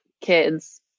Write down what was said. kids